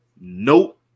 Nope